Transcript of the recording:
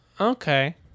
Okay